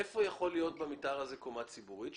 איפה יכול להיות במתאר הזה קומה ציבורית?